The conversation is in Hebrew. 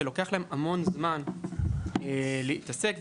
שבגינן לוקח להן הרבה זמן להתעסק בכך,